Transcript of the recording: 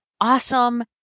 awesome